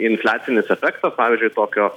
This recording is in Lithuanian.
infliacinis efektas pavyzdžiui tokio